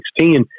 2016